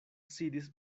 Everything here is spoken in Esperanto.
sidis